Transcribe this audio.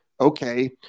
okay